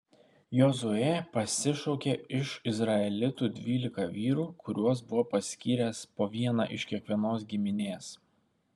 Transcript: jozuė pasišaukė iš izraelitų dvylika vyrų kuriuos buvo paskyręs po vieną iš kiekvienos giminės